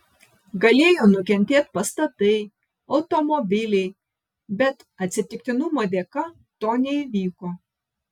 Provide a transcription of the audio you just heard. galėjo nukentėt pastatai automobiliai bet atsitiktinumo dėka to neįvyko